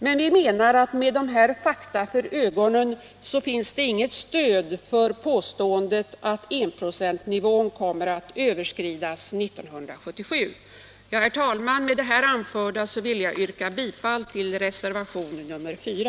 Men vi menar att det med dessa fakta för ögonen inte finns något stöd för påståendet att enprocentsnivån kommer att överskridas år 1977. Herr talman! Med det anförda vill jag yrka bifall till reservationen 4.